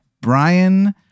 Brian